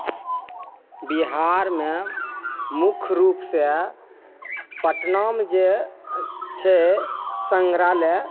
बिहारमे मुख्य रूपसॅं पटनामे जे छै संग्रहालय